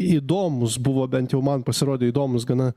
įdomus buvo bent jau man pasirodė įdomus gana